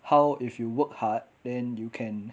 how if you work hard then you can